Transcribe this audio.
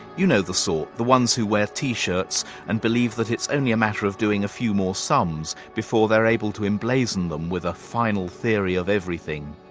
you know the sort, the ones who wear t-shirts and believe that it's only a matter of doing a few more sums before they're able to emblazon them with a final theory of everything.